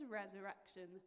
resurrection